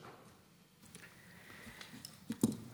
שעה 13:00 תוכן